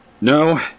No